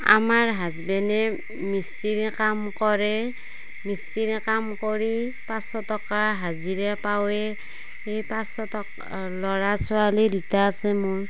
আমাৰ হাজবেণ্ডে মিস্ত্ৰী কাম কৰে মিস্ত্ৰী কাম কৰি পাচঁশ টকা হাজিৰা পাৱে সেই পাচঁশ টকা ল'ৰা ছোৱালী দুটা আছে মোৰ